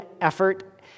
effort